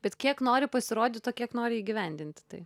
bet kiek nori pasirodyti o kiek nori įgyvendinti tai